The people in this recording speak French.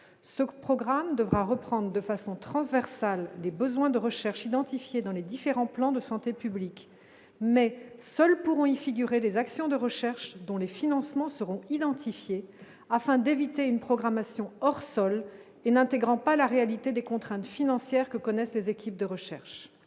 ce programme de quoi reprendre de façon transversale des besoins de recherche identifiés dans les différents plans de santé publique mais seuls pourront y figurer des actions de recherche dont les financements seront identifiés afin d'éviter une programmation hors sol et n'intégrant pas la réalité des contraintes financières que connaissent des équipes de recherche,